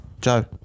Joe